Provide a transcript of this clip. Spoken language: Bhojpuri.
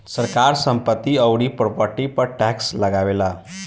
सरकार संपत्ति अउरी प्रॉपर्टी पर टैक्स लगावेला